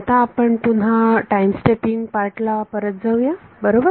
आता आपण पुन्हा टाईम स्टेपिंग पार्ट ला परत जाऊया बरोबर